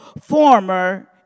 former